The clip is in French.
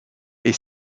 est